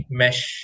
mesh